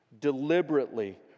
deliberately